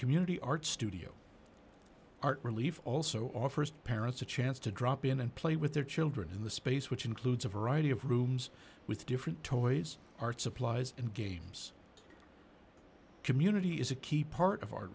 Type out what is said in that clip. community arts studio art relief also offers parents a chance to drop in and play with their children in the space which includes a variety of rooms with different toys art supplies and games community is a key part of